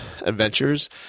adventures